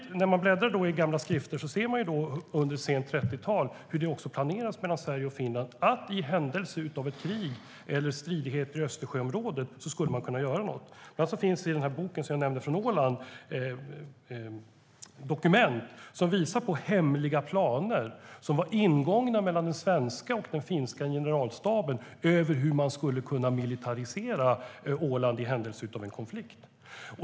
När man bläddrar i gamla skrifter ser man samtidigt hur det under sent 30-tal planerades mellan Sverige och Finland för att man i händelse av ett krig eller stridigheter i Östersjöområdet skulle kunna göra något. Bland annat finns i den bok från Åland som jag nämnde dokument som visar på hemliga planer som var ingångna mellan den svenska och den finska generalstaben över hur man skulle kunna militarisera Åland i händelse av en konflikt.